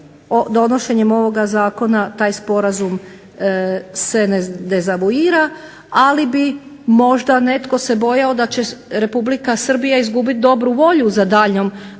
donošenjem ovoga zakona taj sporazum se ne dezavuira, ali bi se možda netko bojao da će Republika Srbija izgubiti dobru volju za daljnjom suradnjom.